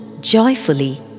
joyfully